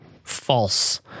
false